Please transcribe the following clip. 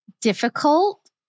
difficult